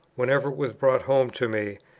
whenever it was brought home to me,